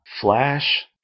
Flash